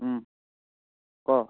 ক